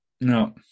No